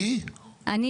בקצרה את המנגנון של החוק.